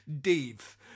Dave